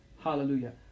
hallelujah